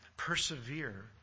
persevere